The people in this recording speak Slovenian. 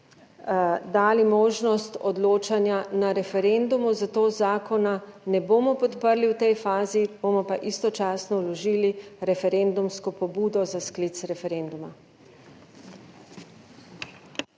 dali možnost odločanja na referendumu, zato zakona v tej fazi ne bomo podprli, bomo pa istočasno vložili referendumsko pobudo za sklic referenduma.